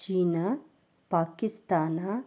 China Pakistan